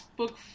Book